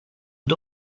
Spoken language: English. and